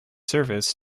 service